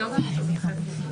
מרכז השלטון המקומי.